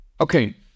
Okay